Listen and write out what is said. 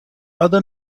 other